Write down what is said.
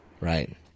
Right